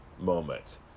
moment